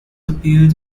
appeared